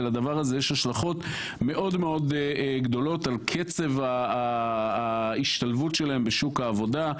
ולדבר הזה יש השלכות מאוד גדולות על קצב ההשתלבות שלהם בשוק העבודה,